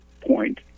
point